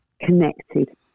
connected